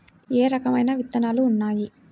ఏ రకమైన విత్తనాలు ఉన్నాయి?